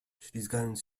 ślizgając